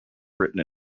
written